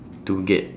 to get